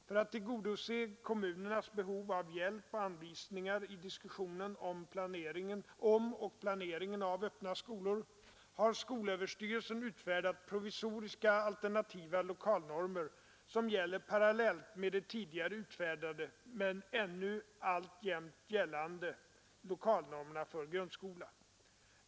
För att tillgodose kommunernas behov av hjälp och anvisningar i diskussionen om och planeringen av öppna skolor har skolöverstyrelsen utfärdat provisoriska alternativa lokalnormer, som gäller parallellt med de tidigare utfärdade men ännu alltjämt gällande lokalnormerna för grundskola.